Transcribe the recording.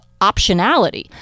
optionality